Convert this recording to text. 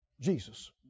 Jesus